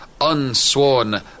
unsworn